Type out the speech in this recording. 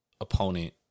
opponent